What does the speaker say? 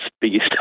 biggest